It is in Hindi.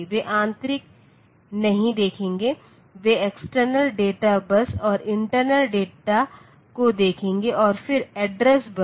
वे आंतरिक नहीं देखेंगे वे एक्सटर्नल डेटा बस और इंटरनल डेटा को देखेंगे और फिर एड्रेस बस